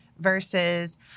Versus